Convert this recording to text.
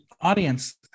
Audience